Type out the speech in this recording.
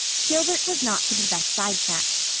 gilbert was not to be thus sidetracked.